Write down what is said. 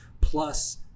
plus